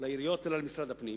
לעיריות אלא למשרד הפנים,